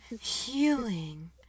Healing